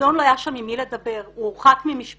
לגדעון לא היה שם עם מי לדבר, הוא הורחק ממשפחתו